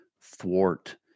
thwart